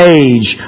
age